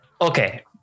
Okay